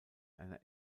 einer